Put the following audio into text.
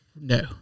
No